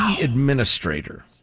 administrator